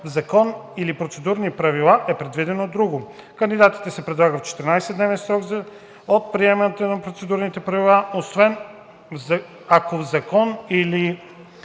в закон или процедурните правила е предвидено друго. Кандидатите се предлагат в 14-дневен срок от приемането на процедурните правила, освен ако в закон или